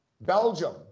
Belgium